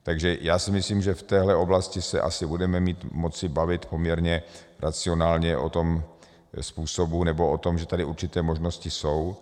Takže si myslím, že v téhle oblasti se asi budeme moci bavit poměrně racionálně o tom způsobu nebo o tom, že tady určité možnosti jsou.